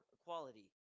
equality